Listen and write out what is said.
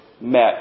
met